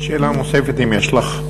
שאלה נוספת, אם יש לך.